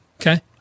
Okay